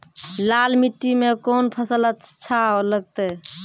लाल मिट्टी मे कोंन फसल अच्छा लगते?